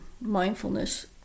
mindfulness